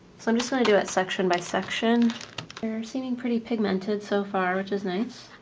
so i'm just gonna do it section by section they're seeing pretty pigmented so far, which is nice.